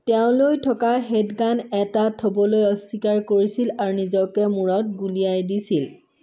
তেওঁলৈ থকা head gun এটা থ'বলৈ অস্বীকাৰ কৰিছিল আৰু নিজকে মূৰত গুলীয়াই দিছিল